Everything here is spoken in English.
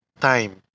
time